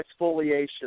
exfoliation